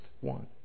one